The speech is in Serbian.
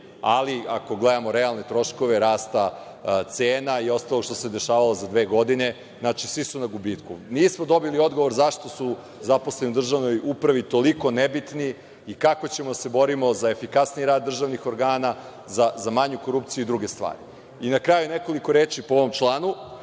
Ali, ako gledamo realne troškove rasta cena i ostalog što se dešavalo za dve godine, znači, svi su na gubitku. Nismo dobili odgovor zašto su zaposleni u državnoj upravi toliko nebitni i kako ćemo da se borimo za efikasniji rad državnih organa, za manju korupciju i druge stvari. Na kraju, nekoliko reči po ovom članu,